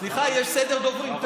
סליחה, יש סדר דוברים.